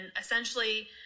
essentially